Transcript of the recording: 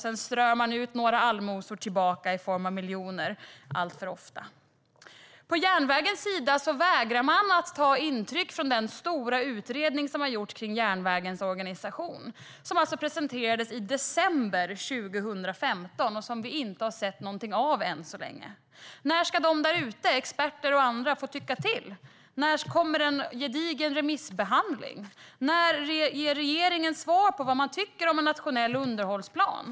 Sedan ger man några allmosor tillbaka i form av miljoner - så är det alltför ofta. När det gäller järnvägen vägrar man att ta intryck av den stora utredning som har gjorts om järnvägens organisation, som alltså presenterades i december 2015. Vi har inte sett någonting av det än så länge. När ska de där ute, experter och andra, få tycka till? När kommer det en gedigen remissbehandling? När ger regeringen svar på vad man tycker om en nationell underhållsplan?